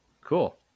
Cool